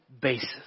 basis